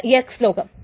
ഇത് X lock